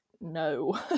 no